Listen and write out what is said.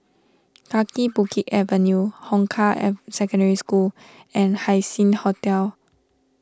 Kaki Bukit Avenue Hong Kah Secondary School and Haising Hotel